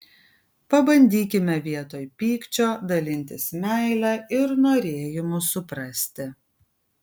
pabandykime vietoj pykčio dalintis meile ir norėjimu suprasti